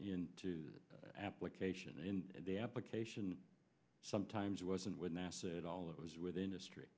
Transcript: are into the application and the application sometimes wasn't with nasa at all it was with industry